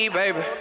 baby